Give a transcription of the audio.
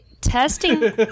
Testing